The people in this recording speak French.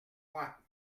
moi